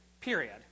period